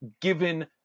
given